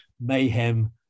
mayhem